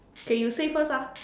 okay you say first ah